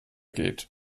geht